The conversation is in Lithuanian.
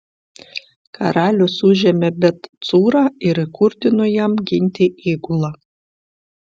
karalius užėmė bet cūrą ir įkurdino jam ginti įgulą